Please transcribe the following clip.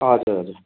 हजुर हजुर